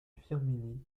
firminy